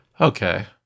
Okay